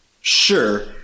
Sure